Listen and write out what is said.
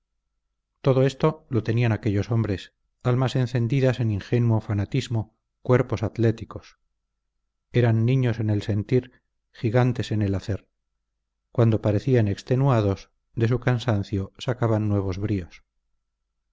todo esto lo tenían aquellos hombres almas encendidas en ingenuo fanatismo cuerpos atléticos eran niños en el sentir gigantes en el hacer cuando parecían extenuados de su cansancio sacaban nuevos bríos